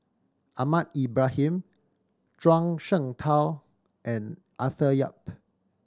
Ahmad Ibrahim Zhuang Shengtao and Arthur Yap